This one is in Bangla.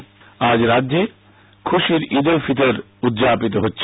ঈদ আজ রাজ্যে খুশির ঈদ উল ফিতর উদযাপিত হচ্ছে